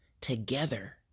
together